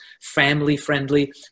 family-friendly